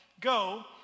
go